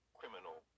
criminal